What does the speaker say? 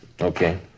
Okay